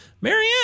Marianne